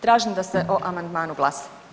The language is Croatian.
Tražim da se o amandmanu glasa.